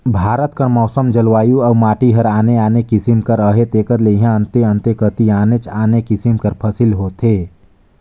भारत कर मउसम, जलवायु अउ माटी हर आने आने किसिम कर अहे तेकर ले इहां अन्ते अन्ते कती आनेच आने किसिम कर फसिल होथे